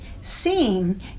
seeing